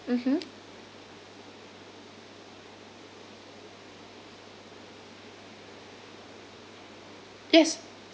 mmhmm yes